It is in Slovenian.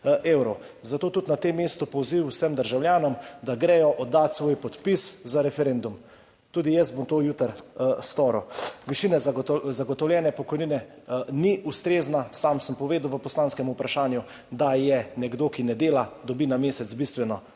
evrov. Zato tudi na tem mestu poziv vsem državljanom, da gredo oddat svoj podpis za referendum. Tudi jaz bom to jutri storil. Višina zagotovljene pokojnine ni ustrezna. Sam sem povedal v poslanskem vprašanju, da nekdo, ki ne dela, dobi na mesec bistveno